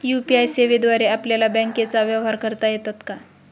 UPI सेवेद्वारे आपल्याला बँकचे व्यवहार करता येतात का?